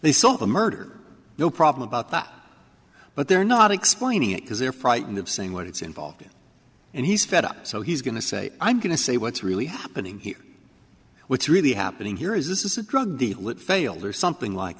they saw a murder no problem about that but they're not explaining it because they're frightened of saying what it's involved in and he's fed up so he's going to say i'm going to say what's really happening here what's really happening here is this is a drug deal it failed or something like